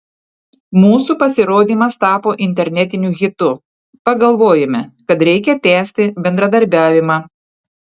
mūsų pasirodymas tapo internetiniu hitu pagalvojome kad reikia tęsti bendradarbiavimą